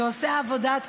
שעושה עבודת קודש,